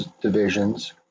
divisions